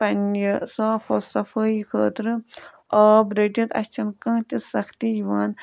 پنٛنہِ صاف وصفٲیی خٲطرٕ آب رٔٹِتھ اَسہِ چھَنہٕ کانٛہہ تہِ سَختی یِوان